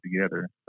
together